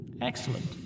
Excellent